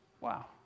Wow